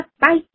Bye